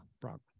Brock